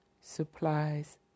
supplies